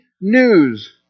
news